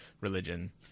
religion